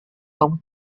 kamu